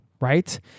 right